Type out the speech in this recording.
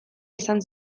izan